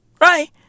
Right